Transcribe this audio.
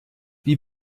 wie